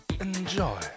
Enjoy